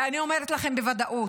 ואני אומרת לכם בוודאות: